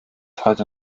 heute